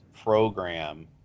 program